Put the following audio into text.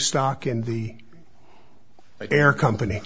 stock in the air company